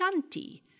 Shanti